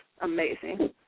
amazing